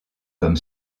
comme